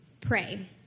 pray